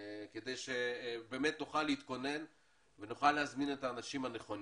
כדי שבאמת נוכל להתכונן ולהזמין את האנשים הנכונים.